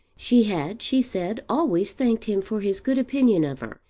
she had, she said, always thanked him for his good opinion of her,